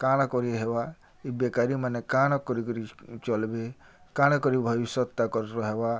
କାଣା କରି ହେବା ଇ ବେକାରୀମାନେ କାଣା କରିକିରି ଚଲ୍ବେ କାଣା କରି ଭବିଷ୍ୟତ୍ ତାକର୍ ରହେବା